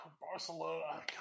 Barcelona